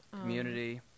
Community